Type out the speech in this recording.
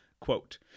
quote